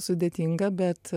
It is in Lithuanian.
sudėtinga bet